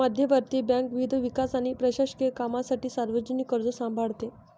मध्यवर्ती बँक विविध विकास आणि प्रशासकीय कामांसाठी सार्वजनिक कर्ज सांभाळते